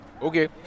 Okay